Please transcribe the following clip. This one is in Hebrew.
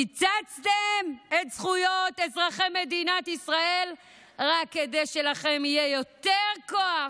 קיצצתם את זכויות אזרחי מדינת ישראל רק כדי שלכם יהיה יותר כוח,